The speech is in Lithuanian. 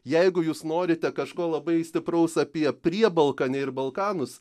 jeigu jūs norite kažko labai stipraus apie priebalkanę ir balkanus